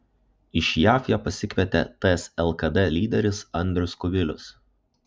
iš jav ją pasikvietė ts lkd lyderis andrius kubilius